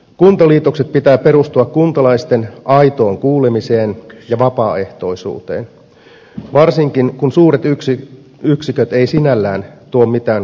kuntaliitosten pitää perustua kuntalaisten aitoon kuulemiseen ja vapaaehtoisuuteen varsinkin kun suuret yksiköt eivät sinällään tuo mitään kustannussäästöjä